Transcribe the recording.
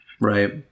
right